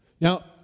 Now